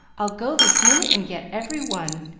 i'll go this minute and get every one.